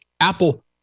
Apple